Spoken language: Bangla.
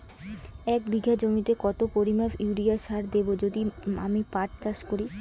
এক বিঘা জমিতে কত পরিমান ইউরিয়া সার দেব যদি আমি পাট চাষ করি?